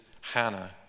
Hannah